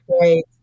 right